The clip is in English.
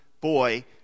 boy